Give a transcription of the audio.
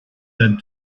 had